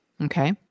Okay